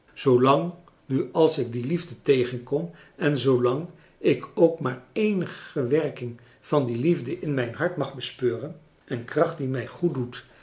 zoolang nu als ik die liefde tegenkom en zoolang ik ook maar eenige werking van die liefde in mijn hart mag bespeuren een kracht die mij